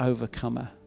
Overcomer